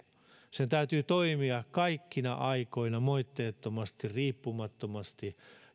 sen täytyy toimia kaikkina aikoina moitteettomasti ja riippumattomasti